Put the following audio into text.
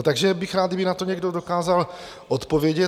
Takže bych rád, kdyby na to někdo dokázal odpovědět.